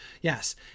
yes